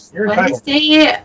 Wednesday